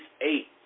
eight